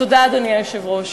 תודה, אדוני היושב-ראש.